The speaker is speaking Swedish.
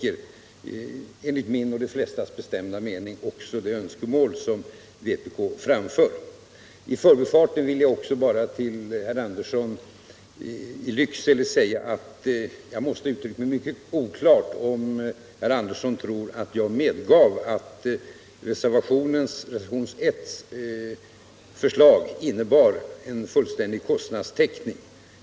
Enligt min och de flestas bestämda mening täcker det också det önskemål som vpk har framfört. I förbifarten vill jag sedan också säga till herr Andersson i Lycksele att jag måste ha uttryckt mig mycket oklart, om herr Andersson fick den uppfattningen att iag medgav att förslaget i reservationen 1 innebär fullständig kostnadstäckning.